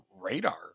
radar